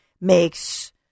makes